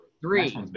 three